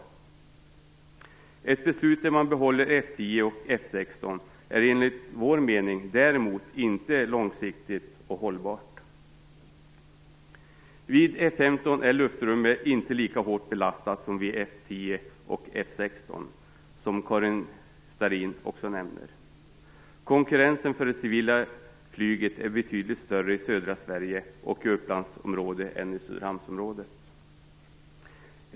Ett beslut som innebär att man behåller F 10 och F 16 är enligt vår mening däremot inte långsiktigt och hållbart. Vid F 15 är luftrummet inte lika hårt belastat som vid F 10 och F 16, vilket också Karin Starrin nämnde. Konkurrensen från det civila flyget är betydligt större i södra Sverige och i Uppsalaområdet än i Söderhamnsområdet.